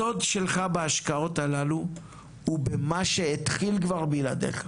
הסוד שלך בהשקעות הללו הוא במה שהתחיל כבר בלעדייך,